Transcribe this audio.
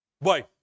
boy